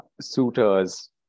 suitors